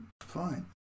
fine